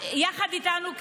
יחד איתנו,